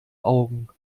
augen